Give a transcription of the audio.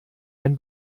ein